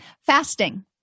Fasting